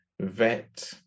vet